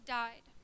died